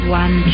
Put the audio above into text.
one